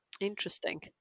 Interesting